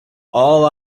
all